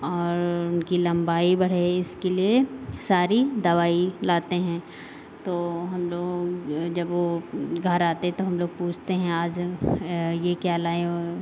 और उनकी लंबाई बढ़े इसके लिए सारी दवाई लाते हैं तो हम लोग जब वो घर आते तो हम लोग पूछते हैं आज ये क्या लाए हो